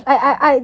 ya